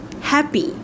happy